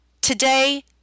today